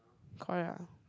correct lah